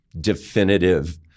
definitive